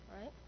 right